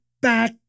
back